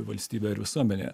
valstybę ar visuomenę